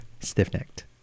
Stiff-necked